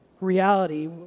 reality